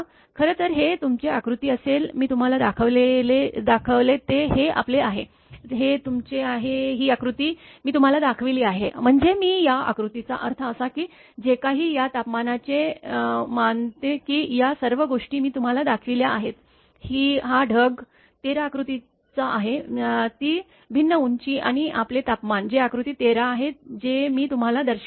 खरं तर हे तुमचे आकृती असेल मी तुम्हाला दाखवले ते हे आपले आहे हे तुमचे आहे ही आकृती मी तुम्हाला दाखविली आहे म्हणजे मी या आकृतीचा अर्थ असा की जे काही या तपमानाचे मानते की या सर्व गोष्टी मी तुम्हाला दाखविल्या आहेत की हा ढग 13 आकृतीचा आहे ती भिन्न उंची आणि आपले तापमान जे आकृती 13 आहे जे मी तुम्हाला दर्शविले आहे